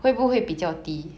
ya